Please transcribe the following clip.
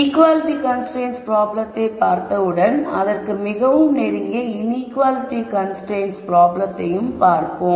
equality constraints ப்ராப்ளத்தை பார்த்தவுடன் அதற்கு மிகவும் நெருங்கிய இன்ஈக்குவாலிட்டி கன்ஸ்ரைன்ட்ஸ் ப்ராப்ளத்தையும் பார்ப்போம்